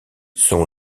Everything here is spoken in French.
son